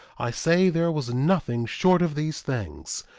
i say there was nothing short of these things,